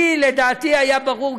לי היה ברור,